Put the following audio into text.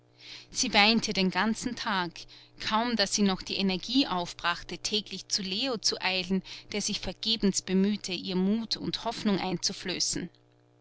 sie weinte den ganzen tag kaum daß sie noch die energie aufbrachte täglich zu leo zu eilen der sich vergebens bemühte ihr mut und hoffnung einzuflößen